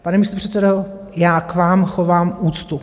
Pane místopředsedo, já k vám chovám úctu.